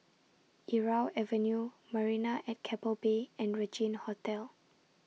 Irau Avenue Marina At Keppel Bay and Regina Hotel